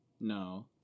No